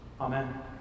Amen